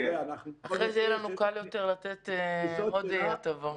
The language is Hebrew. אחרי זה יהיה לנו קל יותר לתת עוד הטבות.